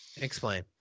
Explain